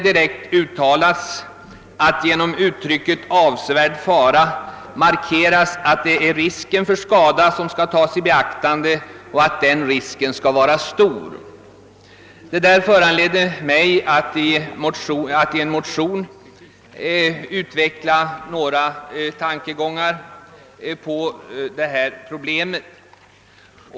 I uttalandet markeras tydligt, att det är risken för fara som skall tas i beaktande och att den risken skall vara stor. Detta föranledde mig att i motion II: 1081 utveckla några synpunkter på detta problem.